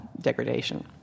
degradation